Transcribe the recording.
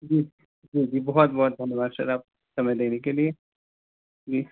जी जी जी बहुत बहुत धन्यवाद सर आपका समय देने के लिए जी